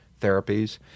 therapies